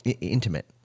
intimate